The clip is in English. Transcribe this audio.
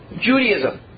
Judaism